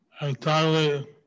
entirely